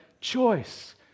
choice